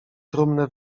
trumnę